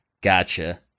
gotcha